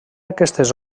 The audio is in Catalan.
aquestes